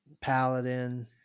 paladin